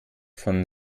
von